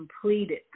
completed